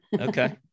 Okay